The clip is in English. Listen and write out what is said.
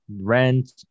rent